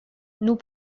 nous